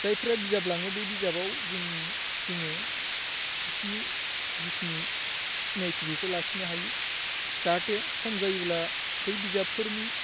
जायफ्रा बिजाब लाङो बे बिजाबाव जोंनि जोङो बिसिनि जिखिनि सिनायथि बेखौ लाखिनो हायो जाहाथे सम जायोब्ला बै बिजाबफोरनि